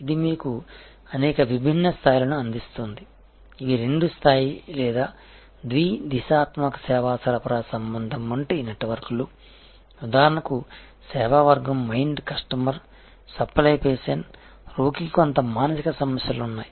ఇది మీకు అనేక విభిన్న స్థాయిలను అందిస్తుంది ఇవి రెండు స్థాయి లేదా ద్వి దిశాత్మక సేవా సరఫరా సంబంధం వంటి నెట్వర్క్లు ఉదాహరణకు సేవా వర్గం మైండ్ కస్టమర్ సప్లై పేషెంట్ రోగికి కొంత మానసిక సమస్యలు ఉన్నాయి